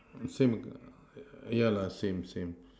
same yeah lah same same